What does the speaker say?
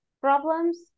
problems